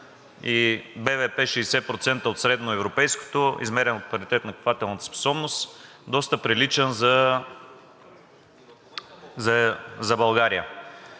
и БВП 60% от средноевропейското, измерено по паритет на покупателната способност, доста приличен за България.